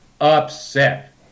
upset